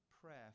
prayer